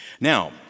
Now